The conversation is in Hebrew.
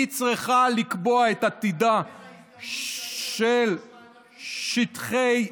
היא צריכה לקבוע את עתידם של שטחי C,